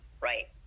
right